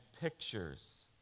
pictures